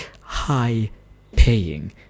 high-paying